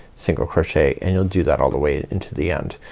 single crochet and you'll do that all the way into the end.